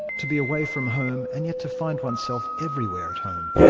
to be away from home and yet to find one's self everywhere at home,